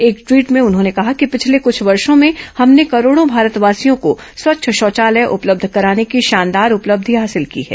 एक ट्वीट में उन्होंने कहा कि पिछले कुछ वर्षों में हमने करोडों भारतवासियों को स्वच्छ शौचालय उपलब्ध कराने की शानदार उपलब्धि हासिल की है